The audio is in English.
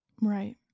right